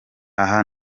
aha